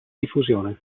diffusione